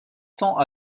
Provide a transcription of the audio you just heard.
tend